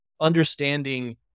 understanding